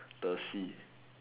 the sea